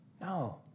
No